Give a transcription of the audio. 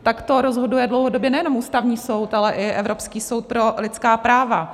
Takto rozhoduje dlouhodobě nejenom Ústavní soud, ale i Evropský soud pro lidská práva.